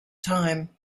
time